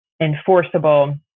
enforceable